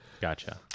Gotcha